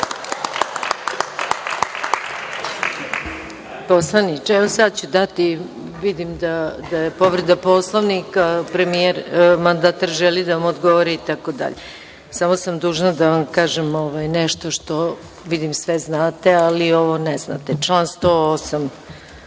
Poslaniče, evo sad ću vam dati reč. Vidim da je povreda Poslovnika. Mandatar želi da vam odgovori, itd. Samo sam dužna da vam kažem nešto. Vidim sve znate, ali ovo ne znate. Član 108.